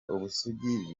ubusugi